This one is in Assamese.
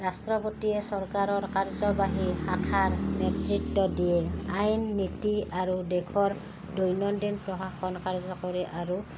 ৰাষ্ট্ৰপতিয়ে চৰকাৰৰ কাৰ্যবাহী আশাৰ নেতৃত্ব দিয়ে আইন নীতি আৰু দেশৰ দৈনন্দিন প্ৰশাসন কাৰ্যকৰী আৰু